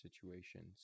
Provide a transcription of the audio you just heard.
situations